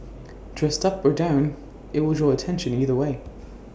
dressed up or down IT will draw attention either way